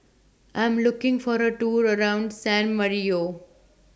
I Am looking For A Tour around San Marino